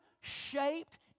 shaped